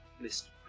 list